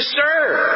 serve